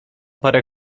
parę